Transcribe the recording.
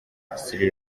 sri